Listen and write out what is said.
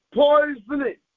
poisoning